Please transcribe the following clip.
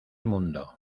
mundo